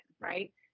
right